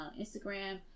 Instagram